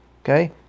okay